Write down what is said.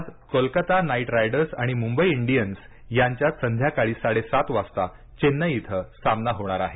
आज Kolkata Knight Riders आणि Mumbai Indians यांच्यात संध्याकाळी साडे सात वाजता चेन्नई इथं सामना होणार आहे